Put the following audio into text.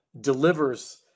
delivers